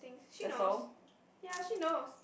I think she knows ya she knows